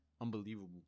unbelievable